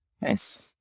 nice